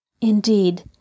Indeed